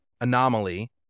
anomaly